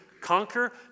conquer